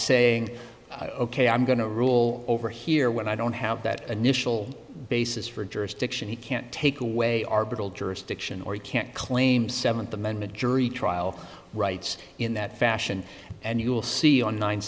saying ok i'm going to rule over here when i don't have that initial basis for jurisdiction he can't take away our jurisdiction or he can't claim seventh amendment jury trial rights in that fashion and you will see on nine